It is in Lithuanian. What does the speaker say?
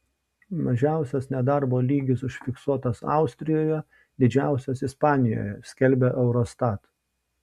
mažiausias nedarbo lygis užfiksuotas austrijoje didžiausias ispanijoje skelbia eurostat